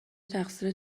تقصیر